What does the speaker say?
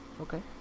Okay